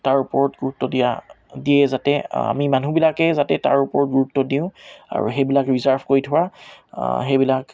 তাৰ ওপৰত গুৰুত্ব দিয়া দিয়ে যাতে আমি মানুহবিলাকেই যাতে তাৰ ওপৰত গুৰুত্ব দিওঁ আৰু সেইবিলাক ৰিজাৰ্ভ কৰি থোৱা সেইবিলাক